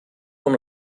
com